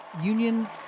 Union